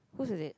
whose is it